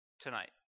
tonight